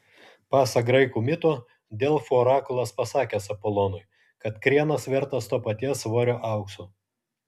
pasak graikų mito delfų orakulas pasakęs apolonui kad krienas vertas to paties svorio aukso